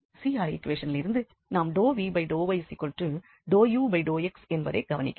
CR ஈக்குவேஷனிலிருந்து நாம் ∂v∂y∂u∂x என்பதைக் கவனிக்கிறோம்